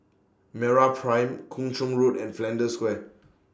Meraprime Kung Chong Road and Flanders Square